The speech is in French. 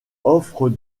offre